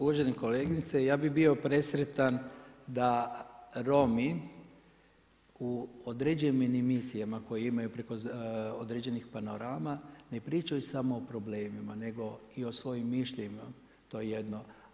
Uvažena kolegice ja bih bio presretan da Romi u određenim emisijama koje imaju preko određenih panorama ne pričaju samo o problemima, nego i o svojim mišljenjima to je jedno.